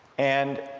and